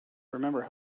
remember